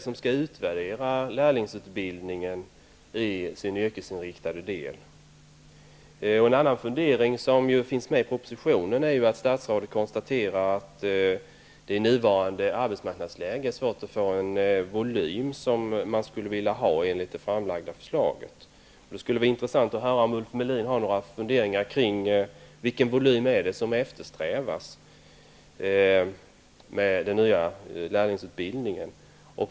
Vem skall utvärdera lärlingsutbildningen i den yrkesinriktade delen? I propositionen konstaterar statsrådet att det i nuvarande arbetsmarknadsläge är svårt att få den volym som man skulle vilja ha enligt det framlagda förslaget. Det skulle vara intressant att höra om Ulf Melin har några funderingar kring vilken volym som eftersträvas med den nya lärlingsutbildningen.